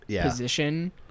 position